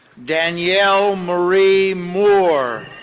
danielle marie moore.